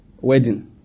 wedding